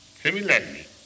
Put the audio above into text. Similarly